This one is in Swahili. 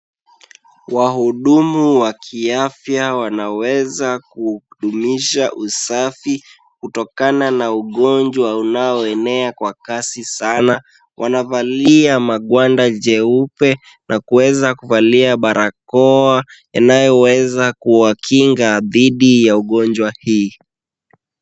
Wahudumu wa kiafya wanaweza kudumisha usafi kutokana na ugonjwa unaoenea kwa kasi sana. Wanavalia magwanda meupe na kuweza kuvalia barakoa inayoweza kuwakinga dhidi ya ugonjwa huu.